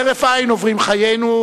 כהרף עין עוברים חיינו,